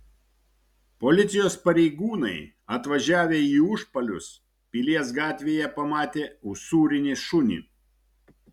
policijos pareigūnai atvažiavę į užpalius pilies gatvėje pamatė usūrinį šunį